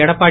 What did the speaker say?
Edappadi